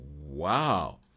wow